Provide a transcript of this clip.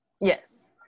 Yes